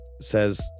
says